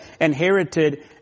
inherited